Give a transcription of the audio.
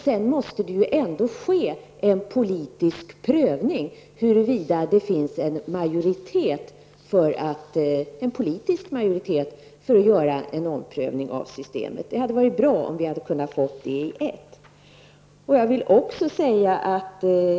Sedan måste det ju ändå ske en politisk prövning huruvida det finns en politisk majoritet för att pröva om systemet. Det hade varit bra om vi hade kunnat få allt i ett.